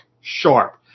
sharp